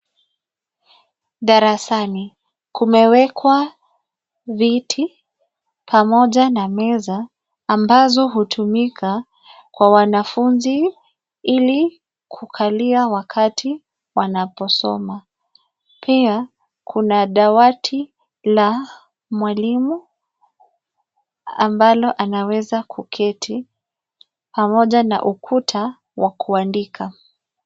Darasani kumewekwa viti pamoja na meza ambazo hutumika kwa wanafunzi ili kukalia wakati wanaposoma. Pia kuna dawati la mwalimu ambalo anaweza kuketi, pamoja na ukuta wa kuandika.